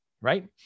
right